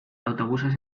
autobuses